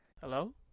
Hello